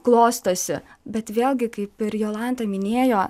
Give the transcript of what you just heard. klostosi bet vėlgi kaip ir jolanta minėjo